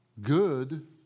Good